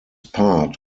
part